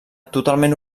totalment